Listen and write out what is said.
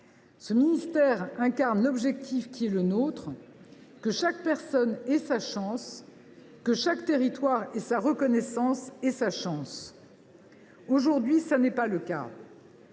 Ce ministère incarne l’objectif qui est le nôtre : que chaque personne ait sa chance, que chaque territoire ait sa reconnaissance et sa chance. « Aujourd’hui, ce n’est pas le cas.